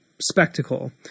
spectacle